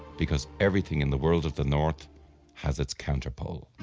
because everything in the world of the north has its counter pole.